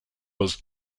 was